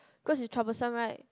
cause it's troublesome right